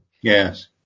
Yes